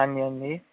ਹਾਂਜੀ ਹਾਂਜੀ